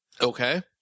Okay